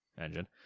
engine